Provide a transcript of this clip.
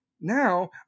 Now